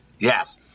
Yes